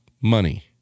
money